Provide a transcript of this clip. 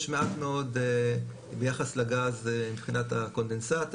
יש מעט מאוד ביחס לגז מבחינת הקונדנסט.